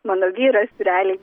mano vyras realiai